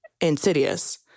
insidious